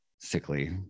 Sickly